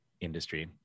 industry